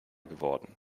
geworden